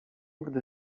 gdy